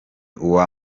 uwa